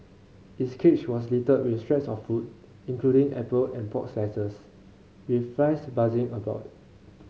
its cage was littered with scraps of food including apple and pork slices with flies buzzing around it